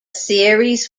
series